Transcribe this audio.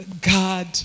God